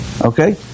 Okay